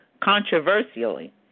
controversially